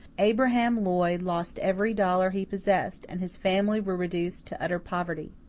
abraham lloyd lost every dollar he possessed, and his family were reduced to utter poverty.